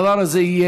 הדבר הזה,